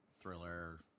thriller